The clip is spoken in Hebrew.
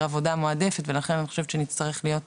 כעבודה מועדפת ולכן אני חושבת שנצטרך להיות